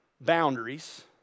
boundaries